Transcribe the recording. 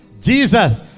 Jesus